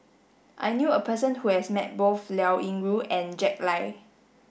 I knew a person who has met both Liao Yingru and Jack Lai